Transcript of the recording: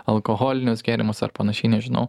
alkoholinius gėrimus ar panašiai nežinau